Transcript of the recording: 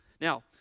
Now